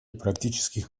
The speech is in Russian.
практических